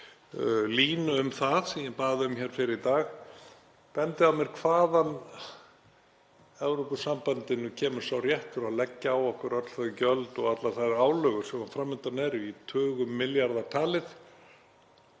línu um það sem ég bað um fyrr í dag, að mér yrði bent á hvaðan Evrópusambandinu kemur sá réttur að leggja á okkur öll þau gjöld og allar þær álögur sem fram undan eru í tugum milljarða talið